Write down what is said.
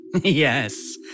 Yes